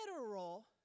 literal